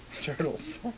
Turtles